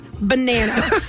banana